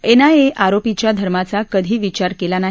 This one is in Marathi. एनआयएनं आरोपीच्या धर्माचा कधी विचार केला नाही